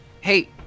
Hey